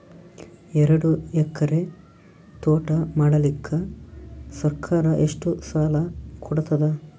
ಎರಡು ಎಕರಿ ತೋಟ ಮಾಡಲಿಕ್ಕ ಸರ್ಕಾರ ಎಷ್ಟ ಸಾಲ ಕೊಡತದ?